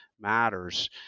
matters